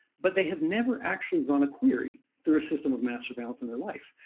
but they have never actually run a query through a system of mass surveillance in their life.